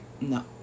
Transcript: No